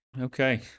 okay